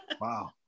wow